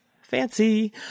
fancy